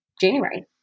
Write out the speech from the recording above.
January